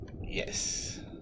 Yes